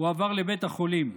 הועבר לבית החולים.